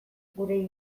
gure